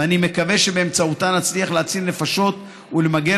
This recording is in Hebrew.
ואני מקווה שבאמצעותה נצליח להציל נפשות ולמגר